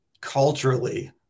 culturally